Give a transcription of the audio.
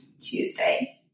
Tuesday